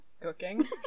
cooking